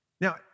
Now